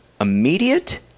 immediate